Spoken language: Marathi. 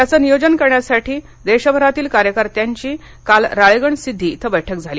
त्याचं नियोजन करण्यासाठी देशभरातील कार्यकर्त्यांची काल राळेगणसिद्धी इथे बैठक झाली